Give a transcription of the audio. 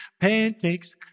pancakes